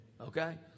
okay